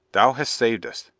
thou hast saved us.